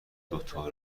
دوتا